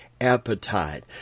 Appetite